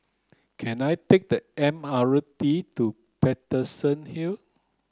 can I take the M R road T to Paterson Hill